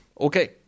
Okay